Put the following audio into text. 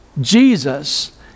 Jesus